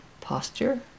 posture